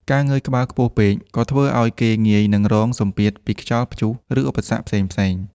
ការងើយក្បាលខ្ពស់ពេក ក៏ធ្វើឱ្យគេងាយនឹងរងសម្ពាធពីខ្យល់ព្យុះ ឬឧបសគ្គផ្សេងៗ។